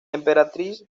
emperatriz